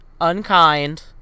unkind